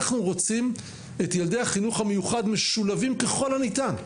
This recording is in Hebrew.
אנחנו רוצים את ילדי החינוך המיוחד משולבים ככל הניתן,